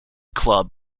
club